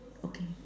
okay